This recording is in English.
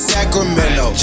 Sacramento